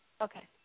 Okay